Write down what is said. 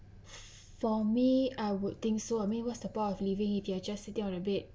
for me I would think so I mean what's the point of living if you are just sitting on a bed